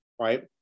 right